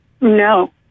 No